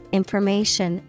information